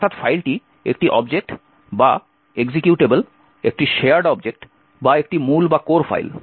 অর্থাৎ ফাইলটি একটি অবজেক্ট বা এক্সিকিউটেবল একটি শেয়ার্ড অবজেক্ট বা একটি মূল ফাইল